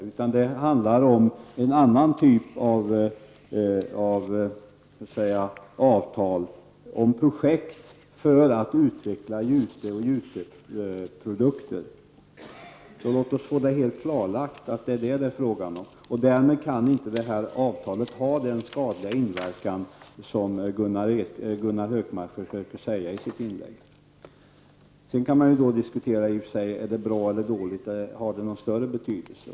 Det handlar om en annan typ av avtal. Det handlar om projekt för att utveckla jute och juteprodukter. Låt oss få det helt klarlagt att det är det som det är fråga om. Därmed kan inte avtalet ha den skadliga inverkan som Gunnar Hökmark försöker göra gällande i sitt inlägg. Man kan i och för sig diskutera om det är bra eller dåligt och om det har någon större betydelse.